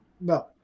no